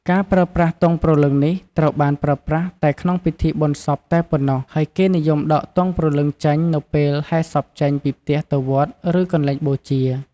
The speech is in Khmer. ការប្រើប្រាស់ទង់ព្រលឺងនេះ ត្រូវបានប្រើប្រាស់តែក្នុងពិធីបុណ្យសពតែប៉ុណ្ណោះ ហើយគេនិយមដកទង់ព្រលឹងចេញនៅពេលហែរសពចេញពីផ្ទះទៅវត្ត ឬកន្លែងបូជា។